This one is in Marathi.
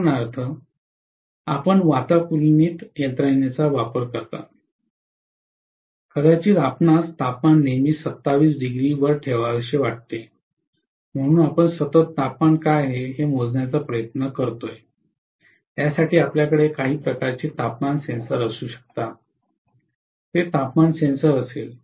उदाहरणार्थ आपण वातानुकूलन यंत्रणेचा वापर करता कदाचित आपणास तापमान नेहमीच 27° डिग्री वर ठेवावेसे वाटते म्हणून आपण सतत तापमान काय आहे हे मोजण्याचा प्रयत्न करू शकता यासाठी आपल्याकडे काही प्रकारचे तापमान सेन्सर असू शकेल ते तापमान सेन्सर असेल